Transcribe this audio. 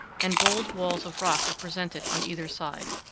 and bold walls of rock are presented on either side.